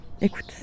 écoute